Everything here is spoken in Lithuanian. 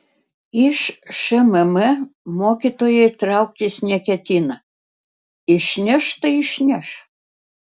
iš šmm mokytojai trauktis neketina išneš tai išneš